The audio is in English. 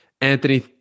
anthony